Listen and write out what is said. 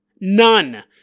None